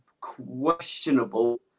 questionable